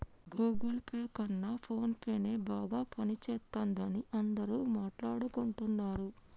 Google Pay కన్నా ఫోన్పేనే బాగా పనిజేత్తందని అందరూ మాట్టాడుకుంటన్నరు